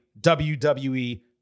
WWE